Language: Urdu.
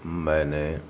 میں نے